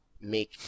make